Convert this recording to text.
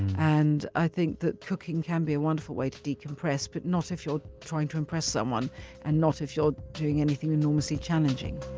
and i think that cooking can be a wonderful way to decompress, but not if you're trying to impress someone and not if you're doing anything enormously challenging